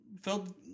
felt